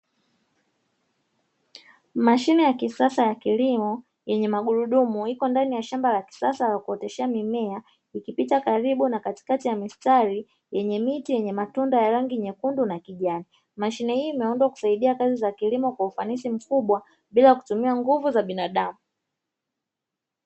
Mashine ya kisasa ya kilimo yenye magurudumu iko ndani ya shamba la kisasa la kuoteshea mimea, ikipita karibu na katikati ya mistari yenye miti yenye matunda ya rangi nyekundu na kijani, mashine hii imeundwa kusaidia kazi za kilimo kwa ufanisi mkubwa bila kutumia nguvu za binadamu.